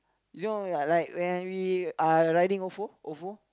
you know like like when we uh riding Ofo Ofo